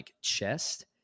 chest